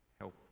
help